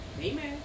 Amen